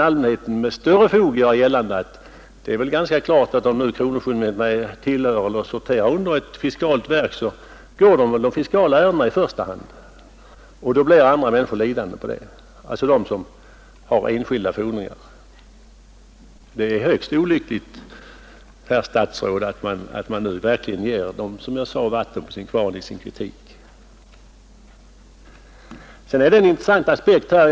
Allmänheten kan anse sig ha större fog för att göra gällande att kronofogdemyndigheterna — om de sorterar under ett fiskalt verk — går de fiskala ärendena i första hand, så att människor, som har enskilda fordringar, blir lidande. Det är högst olyckligt, herr statsråd, att man, som jag sade, ger dem vatten på sin kvarn i kritiken. Sedan finns en annan intressant aspekt i samband med detta.